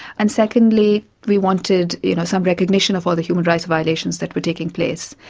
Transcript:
and secondly, we wanted, you know, some recognition of all the human rights violations that were taking place,